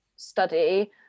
study